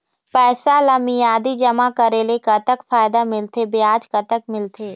पैसा ला मियादी जमा करेले, कतक फायदा मिलथे, ब्याज कतक मिलथे?